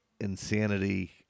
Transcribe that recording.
insanity